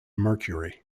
mercury